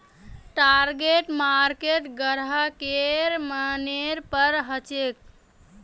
target market ग्राहकेर मनेर पर हछेक